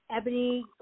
ebony